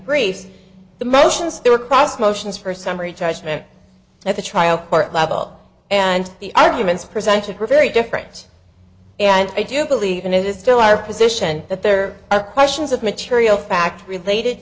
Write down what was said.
briefs the motions they were cross motions for summary judgment at the trial court level and the arguments presented her very different and i do believe and it is still our position that there are questions of material fact related